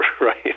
right